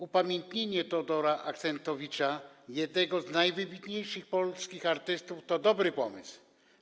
Upamiętnienie Teodora Axentowicza, jednego z najwybitniejszych polskich artystów, to dobry pomysł.